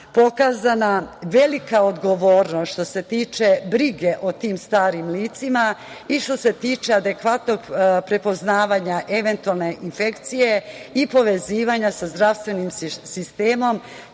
pokazana je velika odgovornost što se tiče brige o tim starim licima i što se tiče adekvatno prepoznavanje eventualne infekcije i povezivanja sa zdravstvenim sistemom